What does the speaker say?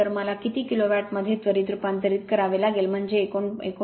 तर मला किलो वॅटमध्ये त्वरित रूपांतरित करावे लागेल म्हणजे हे 19